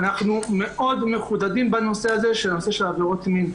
אנחנו מאוד מחודדים בנושא הזה של עבירות מין.